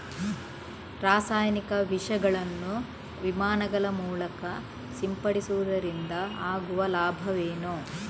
ರಾಸಾಯನಿಕ ವಿಷಗಳನ್ನು ವಿಮಾನಗಳ ಮೂಲಕ ಸಿಂಪಡಿಸುವುದರಿಂದ ಆಗುವ ಲಾಭವೇನು?